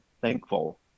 thankful